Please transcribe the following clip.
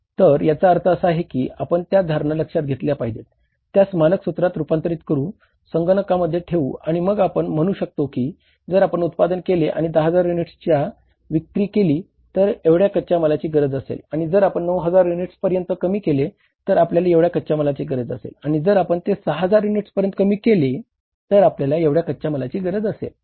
तर याचा अर्थ असा आहे की आपण त्या धारणा लक्षात घेतल्या पाहिजेत त्यास मानक सूत्रात रुपांतरित करू संगणकांमध्ये ठेवू आणि मग आपण म्हणू शकतो की जर आपण उत्पादन केले आणि 10 हजार युनिट्सची विक्री केली तर एवढ्या कच्च्या मालाची गरज असेल आणि जर आपण ते 9 हजार युनिट्सपर्यंत कमी केले तर आपल्याला एवढ्या कच्च्या मालाची गरज असेल आणि जर आपण ते 6 हजार युनिट्सपर्यंत कमी केले तर आपल्याला एवढ्या कच्च्या मालाची गरज असेल